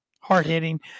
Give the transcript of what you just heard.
Hard-hitting